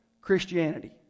Christianity